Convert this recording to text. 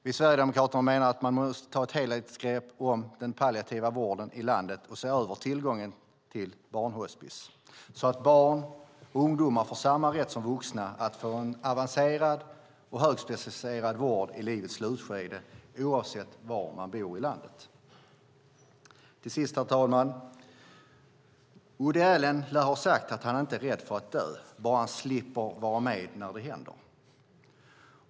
Vi sverigedemokrater anser att man måste ta ett helhetsgrepp om den palliativa vården i landet och se över tillgången på barnhospis så att barn och ungdomar får samma rätt som vuxna att få avancerad och högspecialiserad vård i livets slutskede, oavsett var i landet man bor. Herr talman! Woody Allen lär ha sagt att han inte är rädd för att dö bara han slipper vara med när det händer.